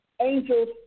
angels